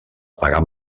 apagar